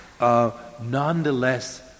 nonetheless